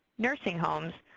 nursing homes,